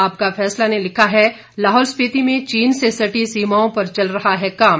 आपका फैसला ने लिखा है लाहौल स्पीति में चीन से सटी सीमाओं पर चल रहा है काम